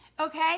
Okay